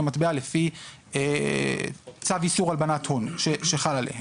מטבע" לפי צו איסור הלבנת הון שחל עליהם.